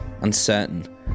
uncertain